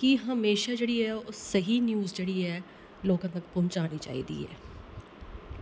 कि हमेशा जेह्ड़ी ऐ ओह् सही न्यूज जेह्ड़ी ऐ लोकें तक पहुंचानी चाहिदी ऐ